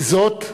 עם זאת,